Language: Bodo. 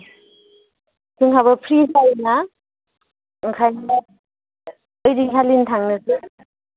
जोंहाबो फ्रि जायोना ओंखायनो ओइदिनखालिनो थांनोसै